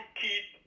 keep